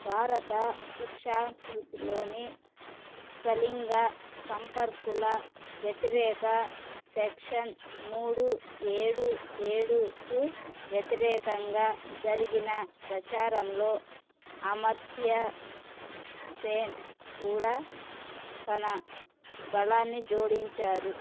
భారత శిక్షాస్మృతిలోని స్వలింగ సంపర్కుల వ్యతిరేక సెక్షన్ మూడు ఏడు ఏడుకు వ్యతిరేకంగా జరిగిన ప్రచారంలో అమర్త్యసేన్ కూడా తన గళాన్ని జోడించారు